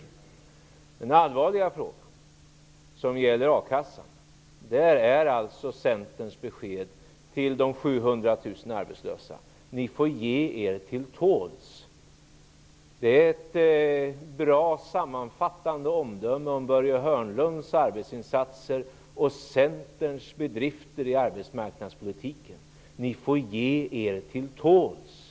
Men när det gäller den allvarliga frågan om akassan är alltså Centerns besked till de 700 000 arbetslösa: Ni får ge er till tåls. Detta är ett bra, sammanfattande omdöme om Börje Hörnlunds arbetsinsatser och Centerns bedrifter i arbetsmarknadspolitiken: Ni får ge er till tåls.